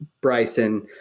Bryson